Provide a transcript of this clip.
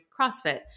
CrossFit